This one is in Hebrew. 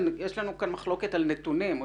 יש לנו כאן מחלוקת על נתונים.